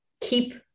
keep